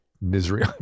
misery